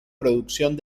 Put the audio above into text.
producción